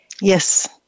Yes